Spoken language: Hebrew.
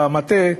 במטה,